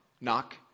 knock